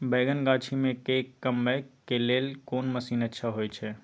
बैंगन गाछी में के कमबै के लेल कोन मसीन अच्छा होय छै?